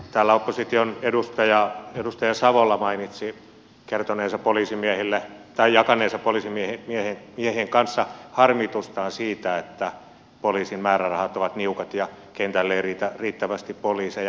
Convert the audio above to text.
täällä opposition edustaja edustaja savola mainitsi jakaneensa poliisimiehien kanssa harmitustaan siitä että poliisin määrärahat ovat niukat ja kentälle ei riitä riittävästi poliiseja